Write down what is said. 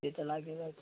ते तर लागेलच